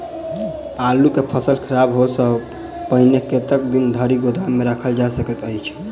आलु केँ फसल खराब होब सऽ पहिने कतेक दिन धरि गोदाम मे राखल जा सकैत अछि?